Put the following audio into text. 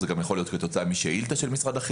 זה גם יכול להיות כתוצאה משאילתה של משרד